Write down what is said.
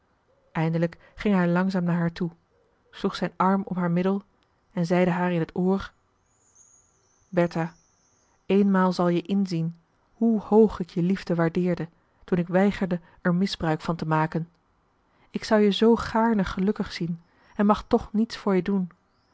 eindelijk ging hij langzaam naar haar toe sloeg zijn arm om haar middel en zeide haar in t oor marcellus emants een drietal novellen bertha eenmaal zal je inzien hoe hoog ik je liefde waardeerde toen ik weigerde er misbruik van te maken ik zou je zoo gaarne gelukkig zien en mag toch niets voor je doen